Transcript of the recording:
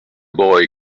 boy